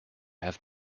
have